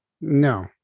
No